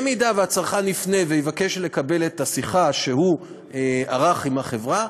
אם הצרכן יפנה ויבקש לקבל את השיחה שהוא ערך עם החברה,